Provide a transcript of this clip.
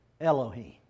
Elohim